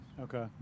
Okay